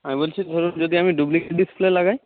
আমি বলছি ধরুন যদি আমি ডুপ্লিকেট ডিসপ্লে লাগাই